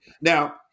Now